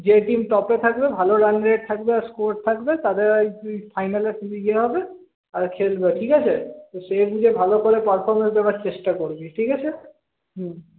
যে টিম টপে থাকবে ভালো রানরেট থাকবে আর স্কোর থাকবে তাদের ওই ফাইনালে শুধু ইয়ে হবে আর খেলবে ঠিক আছে তো সেই বুঝে ভালো করে পারফর্মেন্স দেওয়ার চেষ্টা করবি ঠিক আছে হুম